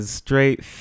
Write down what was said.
straight